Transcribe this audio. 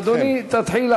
אדוני, תתחיל.